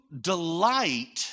delight